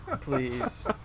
please